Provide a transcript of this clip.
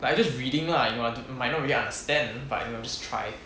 like I just reading lah you know I do~ might not really understand but you know just try it